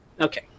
Okay